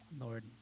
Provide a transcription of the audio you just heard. Lord